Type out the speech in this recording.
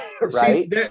Right